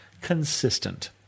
consistent